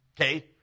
Okay